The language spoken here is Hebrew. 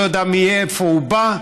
לא יודע מאיפה הוא בא,